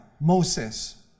Moses